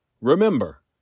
Remember